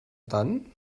tant